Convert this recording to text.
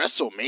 WrestleMania